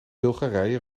bulgarije